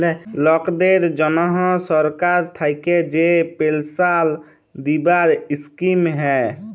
লকদের জনহ সরকার থাক্যে যে পেলসাল দিবার স্কিম হ্যয়